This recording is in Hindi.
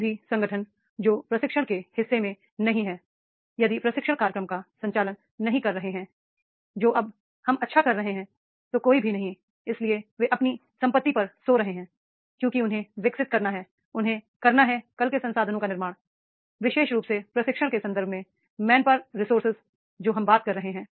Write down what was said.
कोई भी संगठन जो प्रशिक्षण के हिस्से में नहीं है यदि प्रशिक्षण कार्यक्रम का संचालन नहीं कर रहे हैं जो अब हम अच्छा कर रहे हैं तो कोई भी नहीं है इसलिए वे अपनी संपत्ति पर सो रहे हैं क्योंकि उन्हें विकसित करना है उन्हें करना है कल के संसाधनों का निर्माण करें विशेष रूप से प्रशिक्षण के संदर्भ में मैन पावर रिसोर्सेस जो हम बात कर रहे हैं